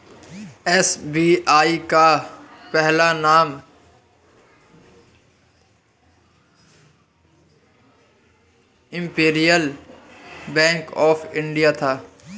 SBI का पहला नाम इम्पीरीअल बैंक ऑफ इंडिया था